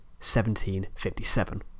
1757